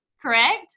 correct